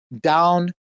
down